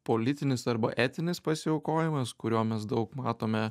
politinis arba etinis pasiaukojimas kurio mes daug matome